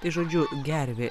tai žodžiu gervė